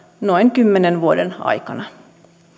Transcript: noin kymmenen vuoden aikana